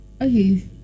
okay